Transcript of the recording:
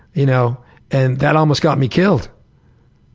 you know and that almost got me killed.